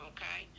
Okay